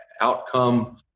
outcome